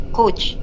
coach